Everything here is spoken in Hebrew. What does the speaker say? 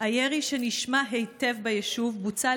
הירי, שנשמע היטב ביישוב, בוצע